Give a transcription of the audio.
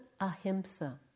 ahimsa